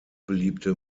beliebte